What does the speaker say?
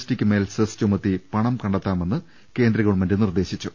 tick മേൽ cess ചുമത്തി പണം കണ്ടെത്താമെന്ന് കേന്ദ്ര ഗവൺമെന്റ് നിർദ്ദേശിച്ചു